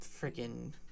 freaking